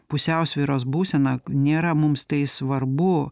pusiausvyros būsena nėra mums tai svarbu